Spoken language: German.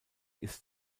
ist